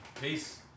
Peace